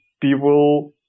people